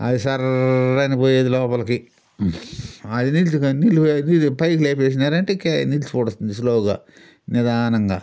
అది సర్రని పోయేది లోపలికి అది పైకి లేపేసినారంటే నిలిచిపోడుస్తుంది స్లోగా నిదానంగా